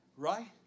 right